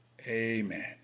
Amen